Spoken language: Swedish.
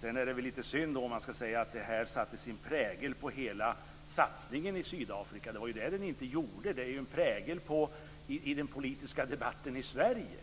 Sedan är det väl lite synd att säga att det här satte sin prägel på hela satsningen i Sydafrika. Det var det som inte skedde. Det satte sin prägel på den politiska debatten i Sverige.